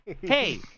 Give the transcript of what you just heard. Hey